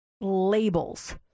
labels